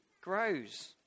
grows